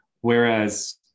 Whereas